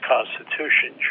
Constitution